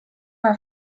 are